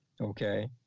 Okay